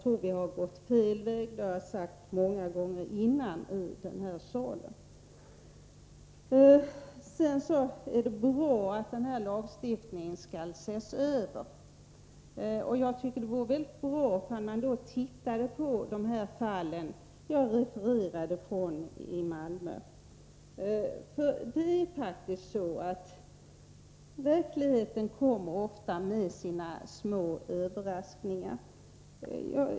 Enligt min uppfattning har vi gått fel väg i fråga om de här problemen, och det har jag sagt många gånger tidigare här i kammaren. Det är bra att lagstiftningen skall ses över. Det vore värdefullt ifall man då såg på de fall i Malmö som jag refererade. Det är faktiskt så att verkligheten ger oss små överraskningar.